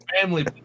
family